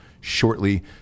shortly